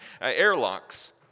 airlocks